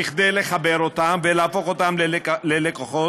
כדי לחבר אותם ולהפוך אותם ללקוחות,